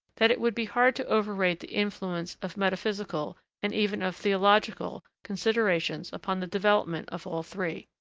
that it would be hard to overrate the influence of metaphysical, and even of theological, considerations upon the development of all three.